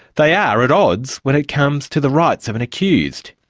they are at odds when it comes to the rights of an accused.